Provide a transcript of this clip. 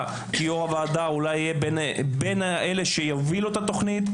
כיו"ר הוועדה תהיה בין אלו שיובילו את התוכנית.